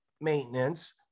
maintenance